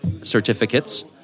certificates